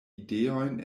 ideojn